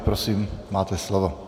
Prosím, máte slovo.